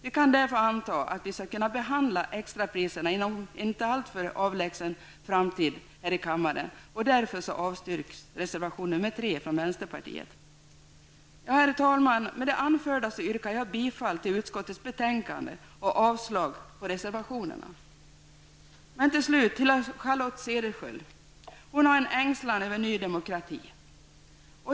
Vi kan därför anta att vi här i kammaren skall kunna behandla frågan om extrapriserna inom en inte alltför avlägsen framtid. Herr talman! Med det anförda yrkar jag bifall till utskottets hemställan och avslag på reservationerna. Låt mig slutligen säga några ord till Charlotte Cederschiöld. Hon ängslas över partiet ny demokrati.